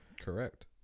Correct